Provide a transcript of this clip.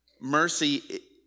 Mercy